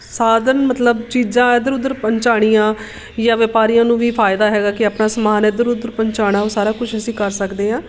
ਸਾਧਨ ਮਤਲਬ ਚੀਜ਼ਾਂ ਇੱਧਰ ਉੱਧਰ ਪਹੁੰਚਾਣੀਆਂ ਜਾਂ ਵਪਾਰੀਆਂ ਨੂੰ ਵੀ ਫਾਇਦਾ ਹੈਗਾ ਕਿ ਆਪਣਾ ਸਮਾਨ ਇੱਧਰ ਉੱਧਰ ਪਹੁੰਚਾਣਾ ਉਹ ਸਾਰਾ ਕੁਛ ਅਸੀਂ ਕਰ ਸਕਦੇ ਹਾਂ